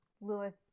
Lewis